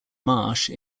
marsh